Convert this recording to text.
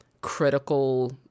critical